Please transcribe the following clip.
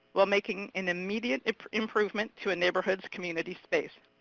while making an immediate improvement to a neighborhood's community space.